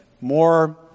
more